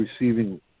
receiving